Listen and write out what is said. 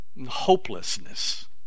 hopelessness